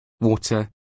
water